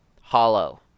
hollow